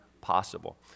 possible